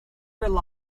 rely